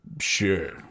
Sure